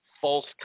false